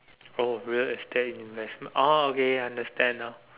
oh real estate investment oh okay I understand now